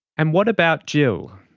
and what about jill?